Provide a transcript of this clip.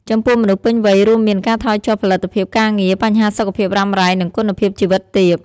ចំពោះមនុស្សពេញវ័យ រូមមាន ការថយចុះផលិតភាពការងារ បញ្ហាសុខភាពរ៉ាំរ៉ៃ និងគុណភាពជីវិតទាប។